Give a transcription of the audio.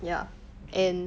okay